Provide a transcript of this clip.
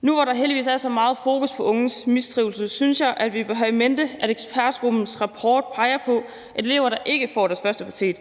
Nu, hvor der heldigvis er så meget fokus på unges mistrivsel, synes jeg, at vi bør have i mente, at ekspertgruppens rapport peger på, at for de elever, der ikke får deres førsteprioritet